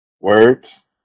Words